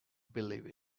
believe